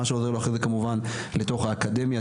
מה שעובר אחרי זה כמובן לתוך האקדמיה.